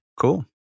Cool